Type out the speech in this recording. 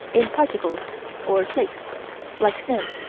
in particles or flakes like snow.